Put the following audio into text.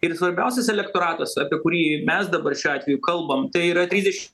ir svarbiausias elektoratas apie kurį mes dabar šiuo atveju kalbam tai yra trisdeši